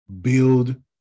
build